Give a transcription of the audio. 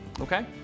Okay